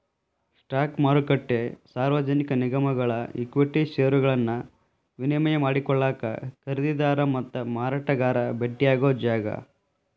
stock ಮಾರುಕಟ್ಟೆ ಸಾರ್ವಜನಿಕ ನಿಗಮಗಳ ಈಕ್ವಿಟಿ ಷೇರುಗಳನ್ನ ವಿನಿಮಯ ಮಾಡಿಕೊಳ್ಳಾಕ ಖರೇದಿದಾರ ಮತ್ತ ಮಾರಾಟಗಾರ ಭೆಟ್ಟಿಯಾಗೊ ಜಾಗ